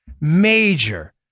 major